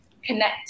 connect